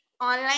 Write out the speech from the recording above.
online